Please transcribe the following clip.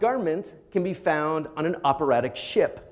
government can be found on an operatic ship